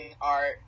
art